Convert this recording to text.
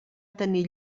tenir